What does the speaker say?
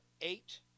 eight